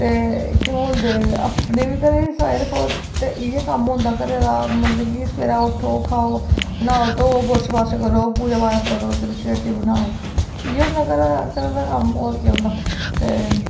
ते केह् बोलदे अपने बी घरै दी सफाई रक्खो ते इ'यै कम्म होंदा घरै दा कि मतलब सवेरै उट्ठो खाओ न्हाओ धो बुर्श बर्श करो पूजा पाठ करो ते रुट्टी रट्टी बनाओ इ'यै होंदा घरै दा कम्म होर केह् होंदे ते